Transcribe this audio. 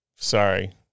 Sorry